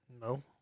No